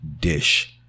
dish